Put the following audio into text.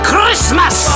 Christmas